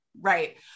right